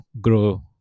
grow